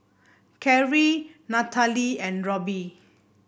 Karrie Nathaly and Robby